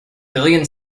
billion